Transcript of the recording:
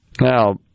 Now